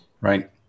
Right